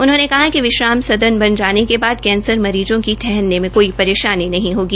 उन्होंने कहा कि विश्राम सदन बन जाने के बाद कैंसर मरीजों की ठहरने मे कोई परेशानी नहीं होगी